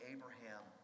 Abraham